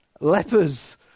lepers